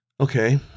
Okay